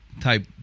type